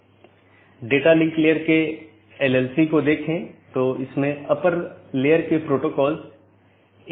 BGP निर्भर करता है IGP पर जो कि एक साथी का पता लगाने के लिए आंतरिक गेटवे प्रोटोकॉल है